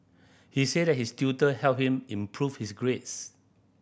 he said his tutor helped him improve his grades